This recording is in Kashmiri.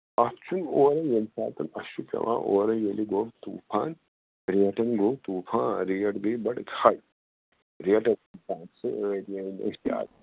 اَتھ چھُنہٕ اورٕے ییٚمہِ ساتہٕ اَسہِ چھُ پٮ۪وان اورٕے ییٚلہِ گوٚو طوٗفان ریٹَن گوٚو طوٗفان ریٹ گٔے بڈٕ ہاے ریٹ